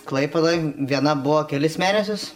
klaipėdoje viena buvo kelis mėnesius